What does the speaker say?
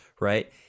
right